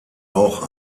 auch